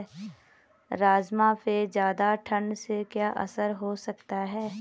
राजमा पे ज़्यादा ठण्ड से क्या असर हो सकता है?